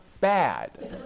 bad